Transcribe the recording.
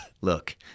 look